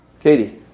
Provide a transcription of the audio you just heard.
Katie